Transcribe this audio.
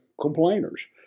complainers